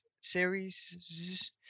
series